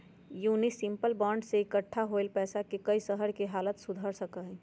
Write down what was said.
municipal bond से इक्कठा होल पैसा से कई शहर के हालत सुधर सका हई